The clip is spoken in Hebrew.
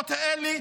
למקומות האלה,